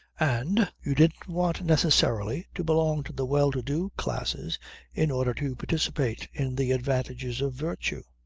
and you didn't want necessarily to belong to the well-to-do classes in order to participate in the advantages of virtue.